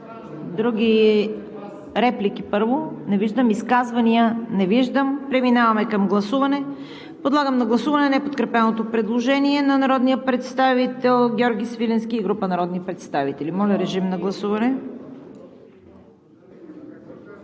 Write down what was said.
Реплики? Не виждам. Изказвания? Не виждам. Преминаваме към гласуване. Подлагам на гласуване неподкрепеното предложение на народния представител Георги Свиленски и група народни представители. Гласували